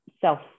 self